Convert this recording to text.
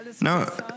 no